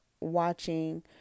watching